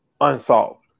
unsolved